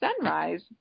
sunrise